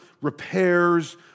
repairs